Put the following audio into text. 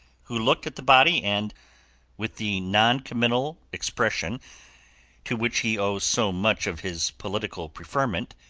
who looked at the body and with the non-committal expression to which he owes so much of his political preferment,